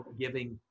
giving